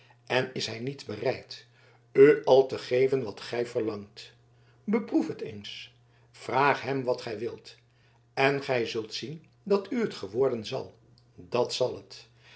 en is hij niet bereid u al te geven wat gij verlangt beproef het eens vraag hem wat gij wilt en gij zult zien dat het u geworden zal dat zal het